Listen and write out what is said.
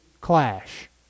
clash